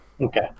Okay